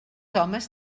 homes